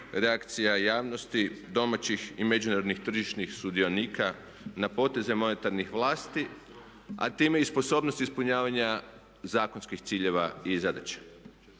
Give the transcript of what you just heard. reakcija javnosti domaćih i međunarodnih tržišnih sudionika na poteze monetarnih vlasti, a time i sposobnosti ispunjavanja zakonskih ciljeva i zadaća.